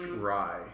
rye